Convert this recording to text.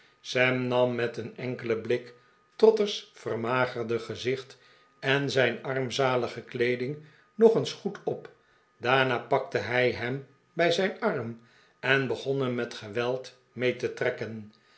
sam nam met een enkelen blik trotter's vermagerde gezicht en zijn armzalige kleeding nog eens goed op daarna pakte hij hem bij zijn arm en begon hem met ge weld mee te trekken